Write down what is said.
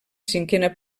cinquena